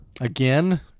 Again